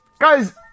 guys